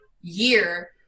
year